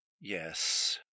Yes